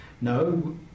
No